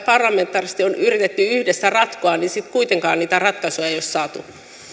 parlamentaarisesti on yritetty yhdessä ratkoa niin sitten kuitenkaan niitä ratkaisuja ei ole saatu